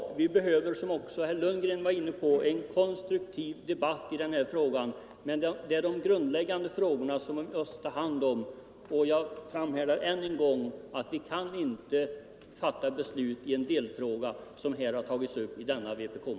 Som herr Lundgren också var inne på behöver vi en konstruktiv debatt i denna fråga, men det är de grundläggande frågorna som vi först måste ta hand om. Jag vidhåller att vi inte kan fatta beslut i en sådan delfråga som har tagits upp i denna vpk-motion.